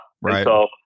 Right